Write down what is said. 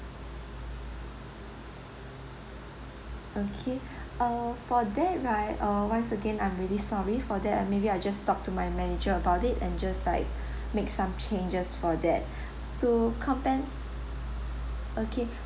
okay uh for that right uh once again I'm really sorry for that I maybe I just talk to my manager about it and just like make some changes for that to compen~ okay